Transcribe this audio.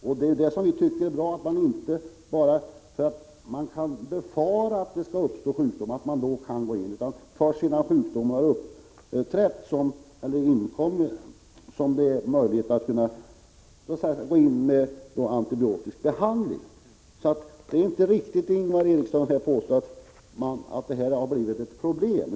Jag tycker att det är bra att man inte kan ingripa bara för att man kan befara att sjukdom har uppstått utan att det är först sedan sjukdomen inträffat som det finns möjlighet att genomföra antibiotisk behandling. Det är inte riktigt, Ingvar Eriksson, att påstå att denna lagstiftning blivit ett problem.